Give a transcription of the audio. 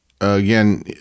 again